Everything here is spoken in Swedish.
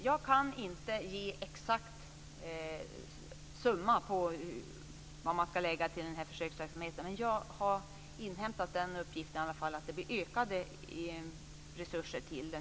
Fru talman! Jag kan inte ge någon exakt summa som man ska lägga på den här försöksverksamheten. Men jag har i varje fall inhämtat uppgiften att det blir ökade resurser till den.